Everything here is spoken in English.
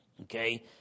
Okay